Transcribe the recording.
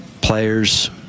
players